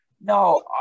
no